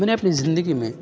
میں نے اپنی زندگی میں